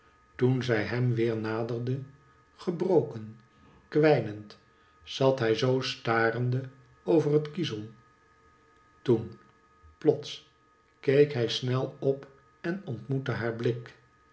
toen zij hem weer naderde gebroken kwijnend zat hij zoo starende over het kiezel toen plots keek hij snel op en ontmoette haar blik